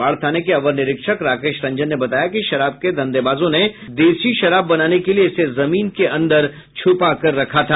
बाढ़ थाने के अवर निरीक्षक राकेश रंजन ने बताया कि शराब के धंधेबाजों ने देशी शराब बनाने के लिए इसे जमीन के अंदर छुपा रखा था